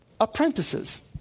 apprentices